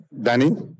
Danny